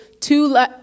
two